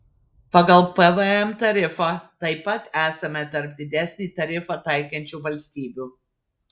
pagal pvm tarifą taip pat esame tarp didesnį tarifą taikančių valstybių